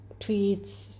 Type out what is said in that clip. tweets